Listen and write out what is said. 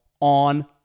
on